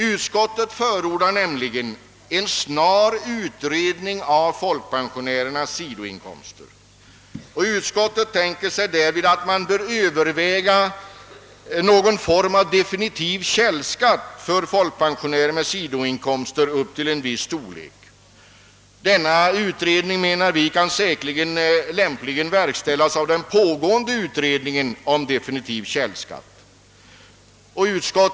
Utskottet förordar en snar utredning av frågan om dessa inkomster och tänker sig därvid att man bör överväga någon form av definitiv källskatt. Enligt utskottets mening bör denna fråga lämpligen utredas av den pågående utredningen om definitiv källskatt.